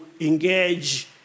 engage